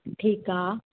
ठीकु आहे